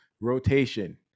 rotation